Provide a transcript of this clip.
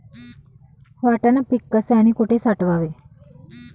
वाटाणा पीक कसे आणि कुठे साठवावे?